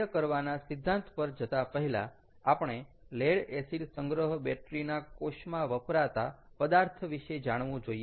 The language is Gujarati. કાર્ય કરવાના સિદ્ધાંત પર જતા પહેલા આપણે લેડ એસિડ સંગ્રહ બેટરી ના કોષમાં વપરાતા પદાર્થ વિશે જાણવું જોઈએ